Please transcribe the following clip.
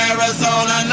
Arizona